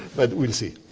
but we'll see.